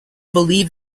believe